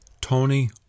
Tony